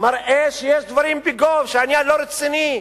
מראה שיש דברים בגו, שהעניין לא רציני,